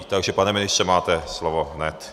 Takže pane ministře, máte slovo hned.